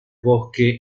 bosque